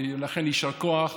לכן, יישר כוח על